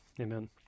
Amen